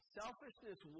selfishness